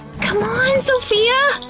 c'mon, sophia!